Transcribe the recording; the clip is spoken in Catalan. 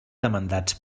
demandats